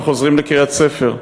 וחוזרים לקריית-ספר,